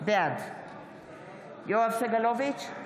בעד יואב סגלוביץ'